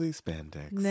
spandex